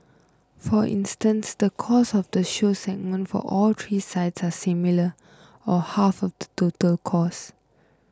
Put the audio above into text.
for instance the cost of the show segment for all three sites are similar or half of the total costs